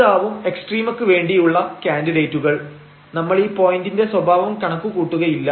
ഇതാവും എക്സ്ട്രീമക്ക് വേണ്ടിയുള്ള കാന്ഡിഡേറ്റുകൾ നമ്മൾ ഈ പോയിന്റിന്റെ സ്വഭാവം കണക്കുകൂട്ടുകയില്ല